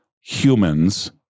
humans